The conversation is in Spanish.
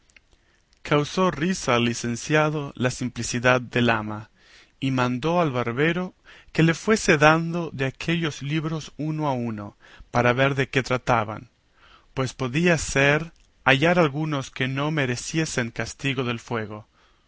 causó risa al licenciado la simplicidad del ama y mandó al barbero que le fuese dando de aquellos libros uno a uno para ver de qué trataban pues podía ser hallar algunos que no mereciesen castigo de fuego